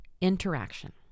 Interaction